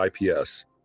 IPS